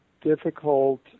difficult